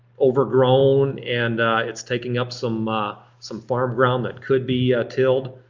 overgrown and it's taking up some ah some farm ground that could be tilled.